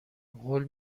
قول